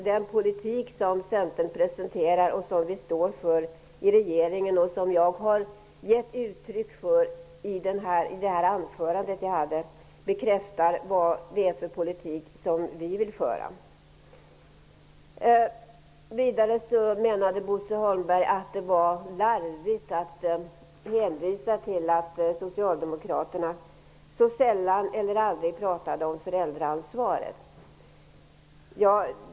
Den politik som Centern presenterar och som vi i regeringen står för och som jag i mitt anförande gett uttryck för bekräftar vad det är för politik som vi vill föra. Bo Holmberg tycker att det är larvigt att hänvisa till att Socialdemokraterna sällan eller aldrig talar om föräldraansvaret.